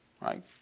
Right